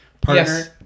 partner